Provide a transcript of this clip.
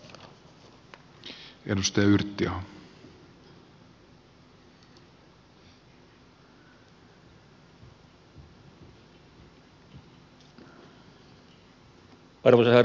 arvoisa herra puhemies